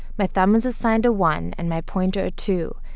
my thumb is assigned a one and my pointer a two,